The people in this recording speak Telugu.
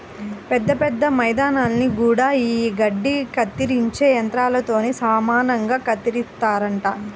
పెద్ద పెద్ద మైదానాల్ని గూడా యీ గడ్డి కత్తిరించే యంత్రాలతోనే సమానంగా కత్తిరిత్తారంట